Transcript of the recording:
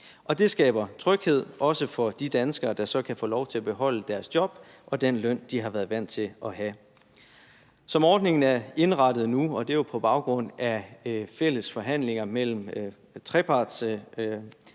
Det skaber tryghed, også for de danskere, der så kan få lov til at beholde deres job og den løn, de har været vant til at have. Som ordningen er indrettet nu, og det er jo på baggrund af fælles forhandlinger mellem trepartsparterne,